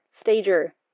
stager